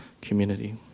community